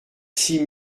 six